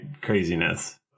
craziness